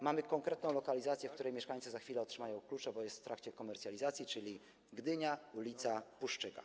Mamy konkretną lokalizację, w której mieszkańcy za chwilę otrzymają klucze, bo jest w trakcie komercjalizacji, czyli jest to Gdynia, ul. Puszczyka.